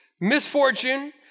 misfortune